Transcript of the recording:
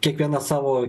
kiekviena savo